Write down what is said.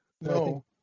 No